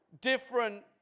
different